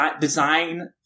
design